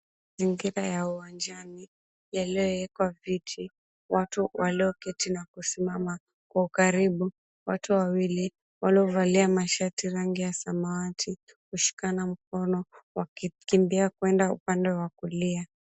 Mazingira ya uwanjani yaliyowekwa viti. Watu walioketi na kusimama kwa ukaribu. Watu wawili waliovalia mashati rangi ya samawati kushikana mikono wakikimbia kuenda upande wa kulia.